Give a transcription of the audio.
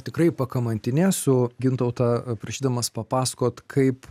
tikrai pakamantinėsiu gintautą prašydamas papasakot kaip